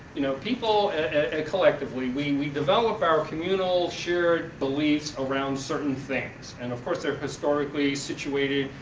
you know, people collectively we we develop our communal shared beliefs around certain things. and of course they're historically situated,